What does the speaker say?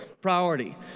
Priority